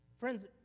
Friends